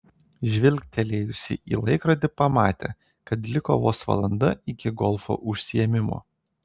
žvilgtelėjusi į laikrodį pamatė kad liko vos valanda iki golfo užsiėmimo